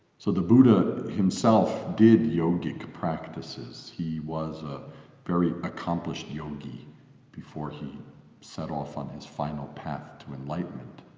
so the buddha himself did yogic practices he was a very accomplished yogi before he set off on his final path to enlightenment.